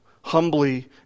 humbly